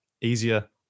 easier